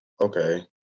Okay